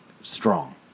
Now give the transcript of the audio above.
strong